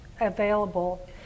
available